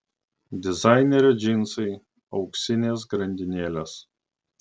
dizainerio džinsai auksinės grandinėlės